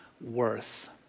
worth